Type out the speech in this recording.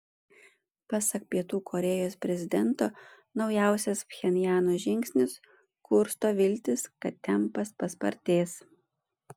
pasak pietų korėjos prezidento naujausias pchenjano žingsnis kursto viltis kad tempas paspartės